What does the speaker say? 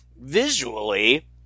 visually